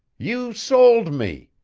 you sold me!